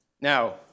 Now